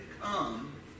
come